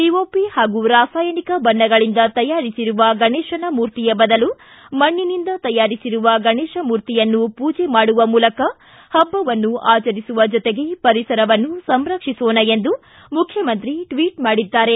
POP ಹಾಗೂ ರಾಸಾಯನಿಕ ಬಣ್ಣಗಳಿಂದ ತಯಾರಿಸಿರುವ ಗಣೇಶನ ಮೂರ್ತಿಯ ಬದಲು ಮಣ್ಣಿನಿಂದ ತಯಾರಿಸಿರುವ ಗಣೇಶ ಮೂರ್ತಿಯನ್ನು ಪೂಜೆ ಮಾಡುವ ಮೂಲಕ ಹಬ್ಬವನ್ನು ಆಚರಿಸುವ ಜೊತೆಗೆ ಪರಿಸರವನ್ನು ಸಂರಕ್ಷಿಸೋಣ ಎಂದು ಮುಖ್ಯಮಂತ್ರಿ ಟ್ವಿಟ್ ಮಾಡಿದ್ದಾರೆ